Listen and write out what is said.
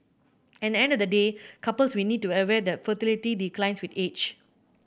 at the end of the day couples will need to aware that fertility declines with age